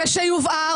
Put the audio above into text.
ושיובהר,